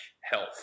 health